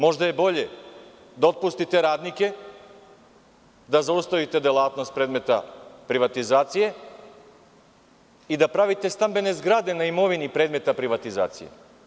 Možda je bolje da otpustite radnike, da zaustavite delatnost predmeta privatizacije, i da pravite stambene zgrade na imovini predmeta privatizacije.